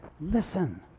listen